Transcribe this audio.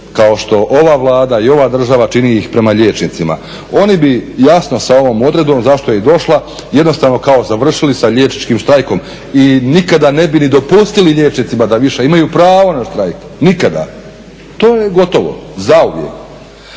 kao što ova Vlada i ova država čini ih prema liječnicima. Oni bi jasno sa ovom odredbom, zašto je i došla, jednostavno kao završili sa liječničkim štrajkom i nikada ne bi ni dopustili liječnicima da više imaju prava na štrajk, nikada. To je gotovo, zauvijek.